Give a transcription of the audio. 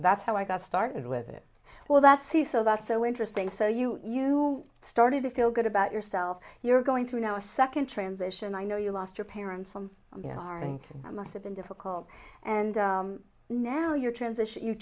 that's how i got started with it well that see so that's so interesting so you you started to feel good about yourself you're going through now a second transition i know you lost your parents some yarning that must have been difficult and now your transition you